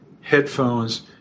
headphones